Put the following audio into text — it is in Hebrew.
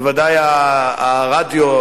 בוודאי הרדיו,